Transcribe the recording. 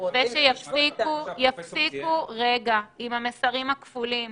ושיפסיקו עם המסרים הכפולים: